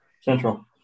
Central